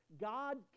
God